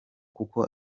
kuko